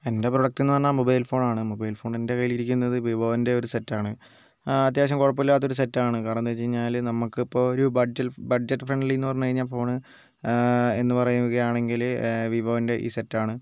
എൻ്റെ പ്രൊഡക്റ്റ് എന്ന് പറഞ്ഞാൽ മൊബൈൽ ഫോൺ ആണ് മൊബൈൽ ഫോൺ എൻ്റെ കയ്യിലിരിക്കുന്നത് വിവോൻ്റെ ഒരു സെറ്റ് ആണ് അത്യാവശ്യം കുഴപ്പമില്ലാത്ത ഒരു സെറ്റ് ആണ് കാരണം എന്താണ് വെച്ചു കഴിഞ്ഞാൽ നമുക്കിപ്പം ഒരു ബഡ്ജിൽ ബഡ്ജറ്റ് ഫ്രണ്ട്ലി എന്ന് പറഞ്ഞ് കഴിഞ്ഞാൽ ഫോൺ എന്ന് പറയുകയാണെങ്കിൽ വിവോൻ്റെ ഈ സെറ്റ് ആണ്